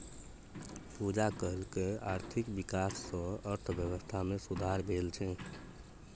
पूजा कहलकै जे आर्थिक बिकास सँ अर्थबेबस्था मे सुधार भेल छै